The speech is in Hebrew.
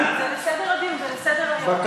זה לסדר הדיון.